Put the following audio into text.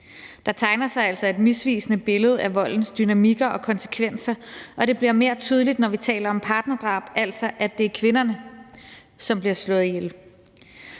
Der tegner sig altså et misvisende billede af voldens dynamikker og konsekvenser, og det bliver mere tydeligt, når vi taler om partnerdrab, altså at det er kvinderne, som bliver slået ihjel.